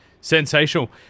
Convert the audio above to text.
Sensational